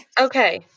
okay